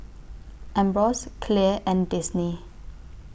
Ambros Clear and Disney